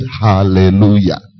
Hallelujah